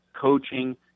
coaching